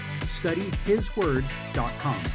studyhisword.com